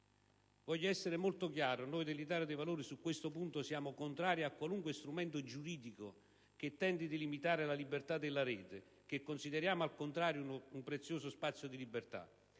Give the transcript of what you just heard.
Voglio essere molto chiaro: noi dell'Italia dei Valori su questo punto siamo contrari a qualunque strumento giuridico che tenda a limitare la libertà della Rete, che consideriamo uno spazio prezioso; allo spesso